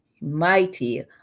mighty